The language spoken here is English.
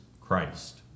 Christ